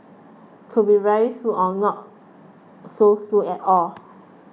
could be very soon or not so soon at all